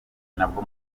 nabwo